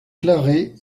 clarée